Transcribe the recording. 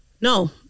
No